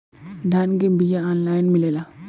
धान के बिया ऑनलाइन मिलेला?